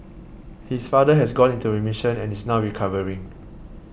his father has gone into remission and is now recovering